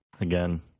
again